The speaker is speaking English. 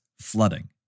flooding